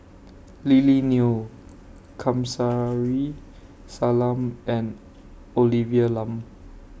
Lily Neo Kamsari Salam and Olivia Lum